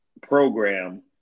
program